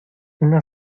una